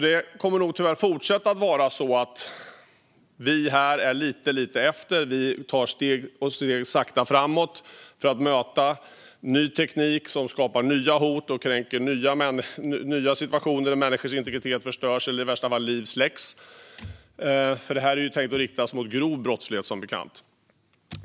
Det kommer nog att fortsätta vara så att vi här är lite efter. Vi tar steg och går sakta framåt för att möta ny teknik, som skapar nya hot och nya situationer. Människors integritet kan kränkas. I värsta fall kan liv släckas. Detta är ju som bekant tänkt att riktas mot grov brottslighet.